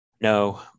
No